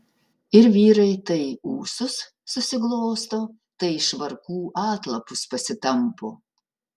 ir vyrai tai ūsus susiglosto tai švarkų atlapus pasitampo